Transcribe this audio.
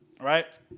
right